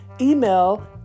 email